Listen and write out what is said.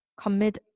commit